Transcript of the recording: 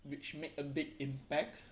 which make a big impact